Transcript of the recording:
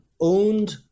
owned